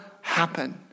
happen